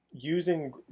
using